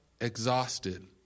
exhausted